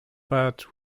but